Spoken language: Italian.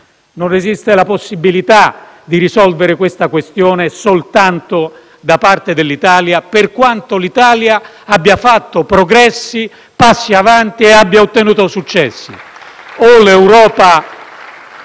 Non esiste la possibilità di risolvere la questione soltanto da parte dell'Italia, per quanto l'Italia abbia fatto progressi, passi avanti e ottenuto successi.